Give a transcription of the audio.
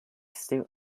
still